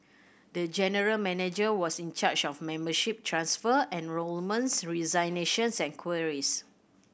the general manager was in charge of membership transfer enrolments resignations and queries